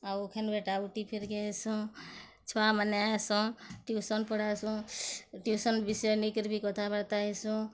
ଆଉ ଉଖେନ୍ ବେଟା ବୁଟି ଫେର୍ ଘାଏ ହେସଁ ଛୁଆମାନେ ଆଏସନ୍ ଟ୍ୟୁସନ୍ ପଢ଼ାସୁଁ ଟ୍ୟୁସନ୍ ବିଷୟ ନେଇକରି ବି କଥାବାର୍ତ୍ତା ହେସୁଁ